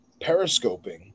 periscoping